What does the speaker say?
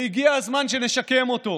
והגיע הזמן שנשקם אותו,